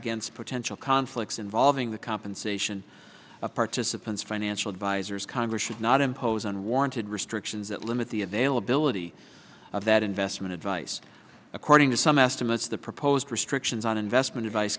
against potential conflicts involving the compensation of participants financial advisors congress should not impose unwarranted restrictions that limit the availability of that investment advice according to some estimates the proposed restrictions on investment advice